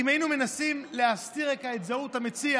אם היינו מנסים להסתיר רגע את זהות המציע,